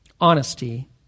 honesty